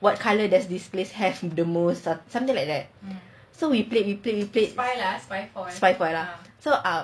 what colour does this place have the most something like that so we played we played we played so